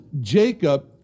Jacob